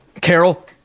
Carol